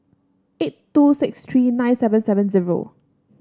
eight two six three nine seven seven zero